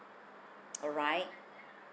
alright